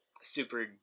super